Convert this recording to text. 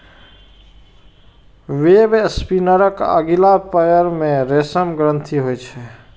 वेबस्पिनरक अगिला पयर मे रेशम ग्रंथि होइ छै